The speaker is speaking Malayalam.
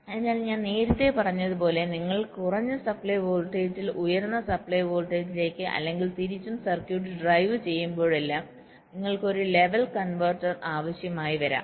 അതിനാൽ ഞാൻ നേരത്തെ പറഞ്ഞതുപോലെ നിങ്ങൾ കുറഞ്ഞ സപ്ലൈ വോൾട്ടേജിൽ ഉയർന്ന സപ്ലൈ വോൾട്ടേജിലേക്ക് അല്ലെങ്കിൽ തിരിച്ചും സർക്യൂട്ട് ഡ്രൈവ് ചെയ്യുമ്പോഴെല്ലാം നിങ്ങൾക്ക് ഒരു ലെവൽ കൺവെർട്ടർ level converter ആവശ്യമായി വരാം